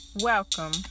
Welcome